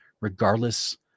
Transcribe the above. regardless